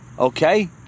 Okay